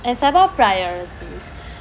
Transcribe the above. and several priorities